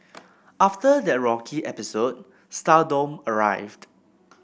after that rocky episode stardom arrived